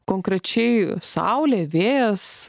konkrečiai saulė vėjas